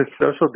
social